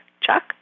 Chuck